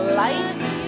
light